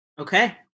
Okay